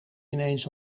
ineens